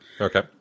Okay